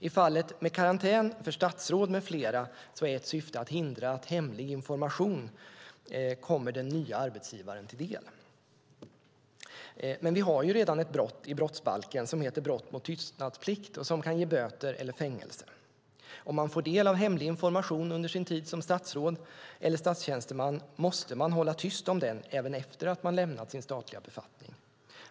I fallet med karantän för statsråd med flera är ett syfte att hindra att hemlig information kommer den nya arbetsgivaren till del. Men vi har ju redan ett brott i brottsbalken som heter brott mot tystnadsplikt och som kan ge böter eller fängelse. Om man får del av hemlig information under sin tid som statsråd eller statstjänsteman måste man hålla tyst om den även efter det att man har lämnat sin statliga befattning.